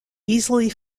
easily